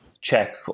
check